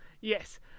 Yes